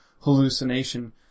hallucination